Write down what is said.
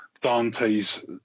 Dante's